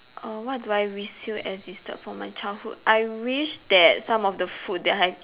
uh what do I wish still existed from my childhood I wish that some of the food I've